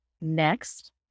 next